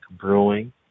Brewing